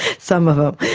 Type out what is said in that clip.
some of them,